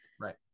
Right